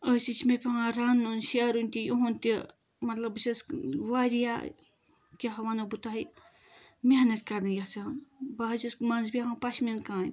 أتھۍ سۭتۍ چھ مےٚ پیوان رَنُن شیرُن تہِ اِہُند تہٕ مطلب بہٕ چھس واریاہ کیاہ وَنَو بہٕ تۄہہِ محنت کَرٕنۍ یژھان بہٕ حظ چھس مَنزٕ بیٚہوان پشمیٖن کامہِ